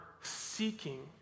seeking